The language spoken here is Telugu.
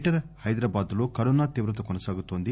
గ్రేటర్ హైదరాబాద్ లో కరోనా తీవ్రత కొనసాగుతోంది